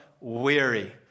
weary